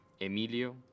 Emilio